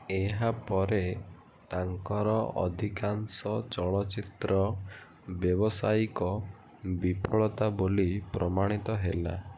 ଏହାପରେ ତାଙ୍କର ଅଧିକାଂଶ ଚଳଚ୍ଚିତ୍ର ବ୍ୟବସାୟିକ ବିଫଳତା ବୋଲି ପ୍ରମାଣିତ ହେଲା